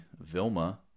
Vilma